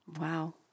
Wow